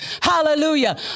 Hallelujah